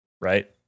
Right